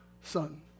Son